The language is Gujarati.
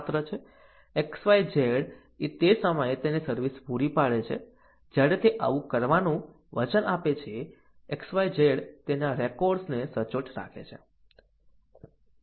XYZ તે સમયે તેની સર્વિસ પૂરી પાડે છે જ્યારે તે આવું કરવાનું વચન આપે છે XYZ તેના રેકોર્ડ્સને સચોટ રાખે છે